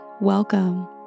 welcome